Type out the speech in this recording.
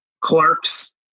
clerks